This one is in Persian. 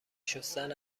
شستن